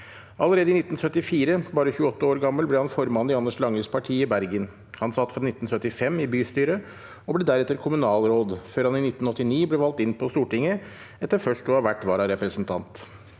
Allerede i 1974, bare 28 år gammel, ble han formann i Anders Langes Parti i Bergen. Han satt fra 1975 i bystyret og ble deretter kommunalråd, før han i 1989 ble valgt inn på Stortinget etter først å ha vært vararepresentant.